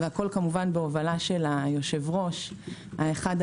והכול בהובלת היושב-ראש האחד,